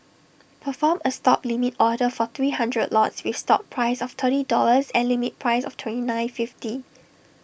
perform A stop limit order for three hundred lots with stop price of thirty dollars and limit price of twenty nine fifty